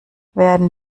werden